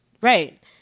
Right